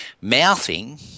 mouthing